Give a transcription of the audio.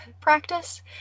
practice